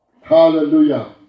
Hallelujah